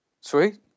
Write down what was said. Sweet